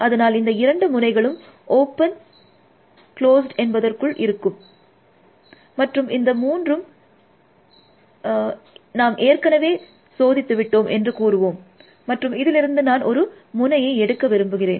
அதனால் இந்த இரண்டு முனைகளும் ஓப்பன் என்பதற்குள் இருக்கும் மற்றும் இந்த மூன்றும் இதை நாம் ஏற்கெனவே சோதித்தது விட்டோம் என்று கூறுவோம் மற்றும் இதிலிருந்து நான் ஒரு முனையை எடுக்க விரும்புகிறேன்